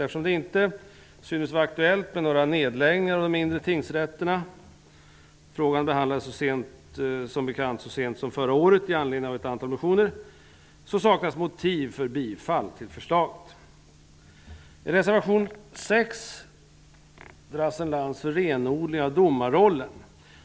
Eftersom det inte synes vara aktuellt med några nedläggningar av de mindre tingsrätterna -- frågan behandlades som bekant så sent som förra året i anledning av ett antal motioner -- saknas motiv för bifall till förslaget. I reservation 6 dras en lans för renodling av domarrollen.